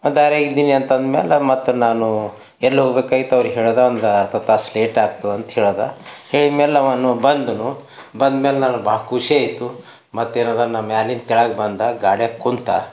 ಅವ ದಾರ್ಯಾಗ ಇದ್ದೀನಿ ಅಂತಂದ್ಮೇಲೆ ನಾನು ಮತ್ತು ನಾನು ಎಲ್ಲಿ ಹೋಗಬೇಕಾಗಿತ್ತು ಅವ್ರಿಗೆ ಹೇಳ್ದಾ ಒಂದು ಅರ್ಧ ತಾಸು ಲೇಟಾಗ್ತದ ಅಂಥೇಳ್ದ ಹೇಳಿದ್ಮೇಲೆ ಅವನು ಬಂದನು ಬಂದ್ಮೇಲೆ ನನಗೆ ಭಾಳ ಖುಷಿಯಾಯಿತು ಮತ್ತೇನಾದ್ರು ನಾನು ಮ್ಯಾಲಿನ ಕೆಳಗೆ ಬಂದ ಗಾಡ್ಯಾಗ ಕೂತ